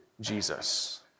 Jesus